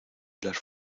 las